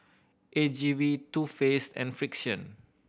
A G V Too Faced and Frixion